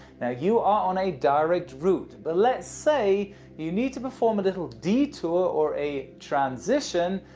now, you are on a direct route, but let's say you need to perform a little detour, or a transition,